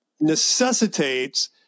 necessitates